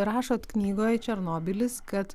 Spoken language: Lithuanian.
rašot knygoj černobylis kad